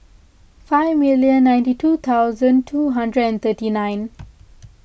five million ninety two thousand two hundred and thirty nine